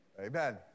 Amen